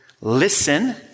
listen